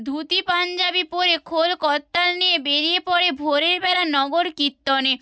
ধুতি পাঞ্জাবি পরে খোল করতাল নিয়ে বেরিয়ে পড়ে ভোরের বেলা নগর কীর্তনে